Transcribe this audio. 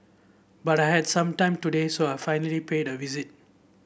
but I had some time today so I finally paid it a visit